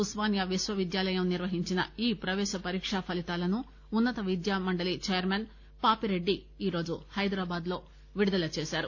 ఉస్మానియా విశ్వవిద్యాలయం నిర్వహించిన ఈ ప్రవేశ పరీక ఫలీతాలను ఉన్నత విద్యామండలి చైర్మస్ పాపిరెడ్లి ఈరోజు హైదరాబాద్ లో విడుదల చేశారు